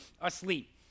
asleep